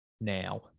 now